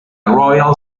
royal